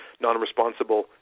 non-responsible